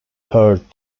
heard